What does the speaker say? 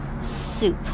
soup